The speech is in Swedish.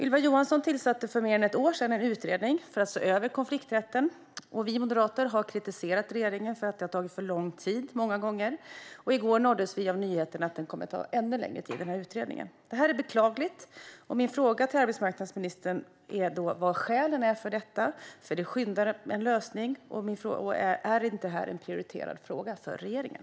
Ylva Johansson tillsatte för mer än ett år sedan en utredning för att se över konflikträtten. Vi moderater har många gånger kritiserat regeringen för att det har tagit för lång tid, och i går nåddes vi av nyheten att denna utredning kommer att ta ännu längre tid. Detta är beklagligt. Min fråga till arbetsmarknadsministern är vilka skälen för detta är. Det brådskar nämligen att hitta en lösning. Är inte detta en prioriterad fråga för regeringen?